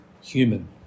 human